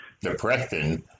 depression